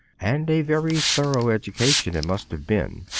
and a very thorough education it must have been,